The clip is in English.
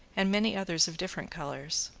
and many others of different colours.